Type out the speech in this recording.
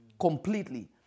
completely